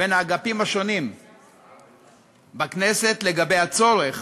בין האגפים השונים בכנסת לגבי הצורך